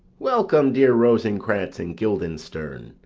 welcome, dear rosencrantz and guildenstern!